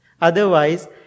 Otherwise